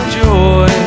joy